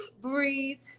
breathe